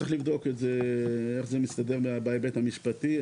צריך לבדוק איך זה מסתדר בהיבט המשפטי.